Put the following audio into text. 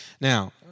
Now